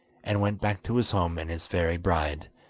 and went back to his home and his fairy bride,